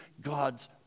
God's